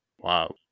Wow